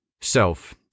self